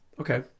okay